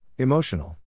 Emotional